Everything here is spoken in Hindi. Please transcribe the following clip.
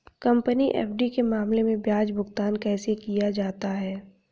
कंपनी एफ.डी के मामले में ब्याज भुगतान कैसे किया जाता है?